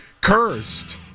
cursed